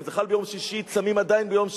אם זה חל ביום שישי, צמים עדיין ביום שישי.